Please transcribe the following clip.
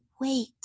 wait